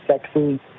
sexy